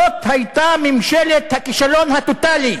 זאת הייתה ממשלת הכישלון הטוטלי.